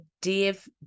Dave